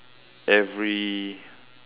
every